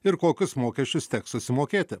ir kokius mokesčius teks susimokėti